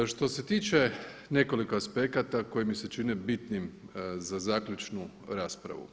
Što se tiče nekoliko aspekata koji mi se čine bitnim za zaključnu raspravu.